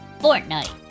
Fortnite